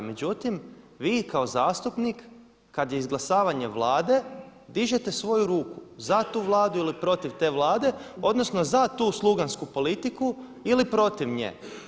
Međutim, vi kao zastupnik kad je izglasavanje Vlade dižete svoju ruku za tu Vladu ili protiv te Vlade, odnosno za tu slugansku politiku ili protiv nje.